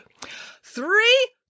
Three